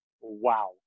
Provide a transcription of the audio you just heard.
wow